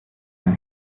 ein